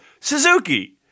Suzuki